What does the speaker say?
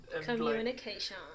Communication